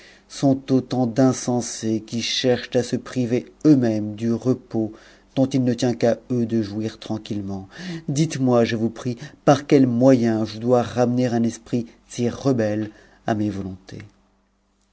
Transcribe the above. sont autant d'insensés qui cherchent à se priver eux-mêmes du repos dont it ne tient qu'à eux de jouir tranquillement dites-moi je vous prie par quels moyens je dois rautener un esprit si rebelle à mes volontés